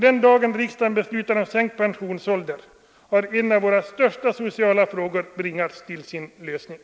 Den dag riksdagen beslutar om sänkt pensionsålder har en av våra största sociala frågor bringats till sin lösning.